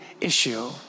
issue